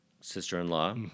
sister-in-law